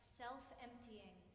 self-emptying